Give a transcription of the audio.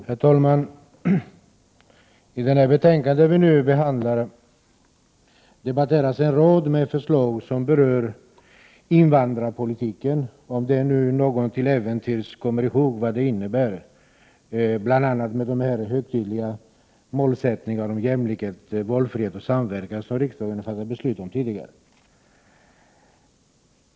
Herr talman! I det betänkande som vi nu behandlar tas en rad förslag som berör invandrarpolitiken upp — om nu någon till äventyrs kommer ihåg vad den innebär, bl.a. högtidliga målsättningar om jämlikhet, valfrihet och samverkan som riksdagen har fattat beslut om tidigare.